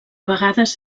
vegades